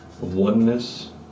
Oneness